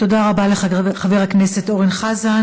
תודה רבה לחבר הכנסת אורן חזן.